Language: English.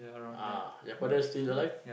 ah your father still alive